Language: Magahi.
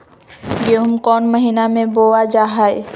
गेहूँ कौन महीना में बोया जा हाय?